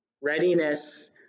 Readiness